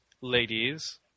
ladies